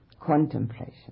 contemplation